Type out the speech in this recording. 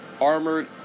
armored